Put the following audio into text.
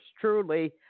truly